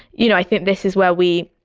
you know, i think this is where we,